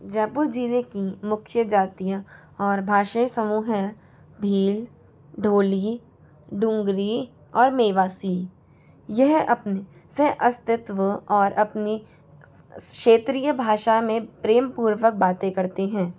जयपुर जिले की मुख्य जातियाँ और भाषे समूह है भील डोल्ही डूंगरी और मेवासी यह अपने सह अस्तित्व और अपनी क्षेत्रीय भाषा में प्रेम पूर्वक बातें करते हैं